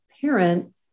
parent